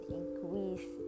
increase